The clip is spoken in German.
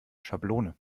schablone